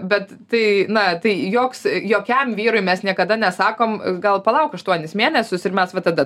bet tai na tai joks jokiam vyrui mes niekada nesakom gal palauk aštuonis mėnesius ir mes va tada